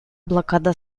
блокада